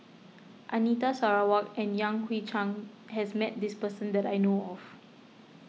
Anita Sarawak and Yan Hui Chang has met this person that I know of